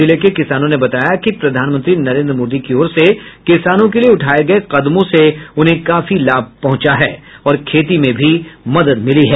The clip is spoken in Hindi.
जिले के किसानों ने बताया कि प्रधानमंत्री नरेन्द्र मोदी की ओर से किसानों के लिए उठाए गये कदमों से उन्हें काफी लाभ पहुंचा है और खेती में भी मदद मिली है